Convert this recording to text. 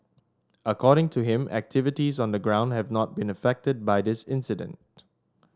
according to him activities on the ground have not been affected by this incident